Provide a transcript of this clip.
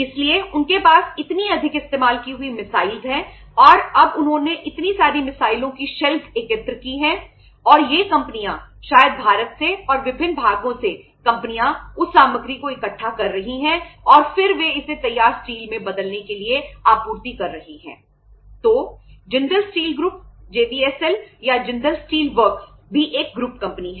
इसलिए उनके पास इतनी अधिक इस्तेमाल की हुई मिसाइल में तैयार स्टील बनाती है